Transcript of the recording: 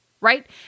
right